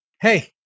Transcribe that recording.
Hey